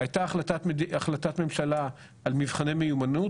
הייתה החלטת ממשלה על מבחני מיומנות,